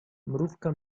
mrówka